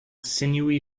sinewy